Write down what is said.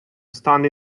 stand